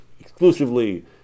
exclusively